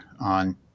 on